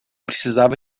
precisava